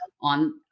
on